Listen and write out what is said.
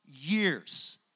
years